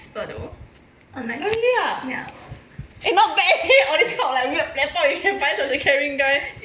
orh really ah eh not bad on this kind of weird platform you can find such a caring guy